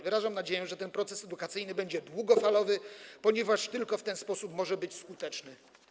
Wyrażam nadzieję, że ten proces edukacyjny będzie długofalowy, ponieważ tylko w ten sposób może być skuteczny.